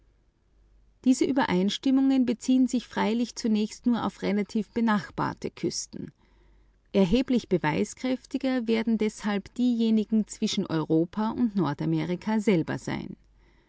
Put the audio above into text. diese übereinstimmungen beziehen sich freilich zunächst nur auf relativ benachbarte küsten erheblich beweiskräftiger werden deshalb diejenigen zwischen europa und nordamerika selber sein